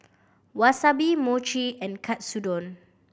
Wasabi Mochi and Katsudon